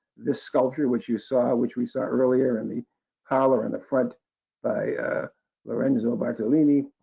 this sculpture which you saw which we saw earlier in the parlor in the front by lorenzo bartolini,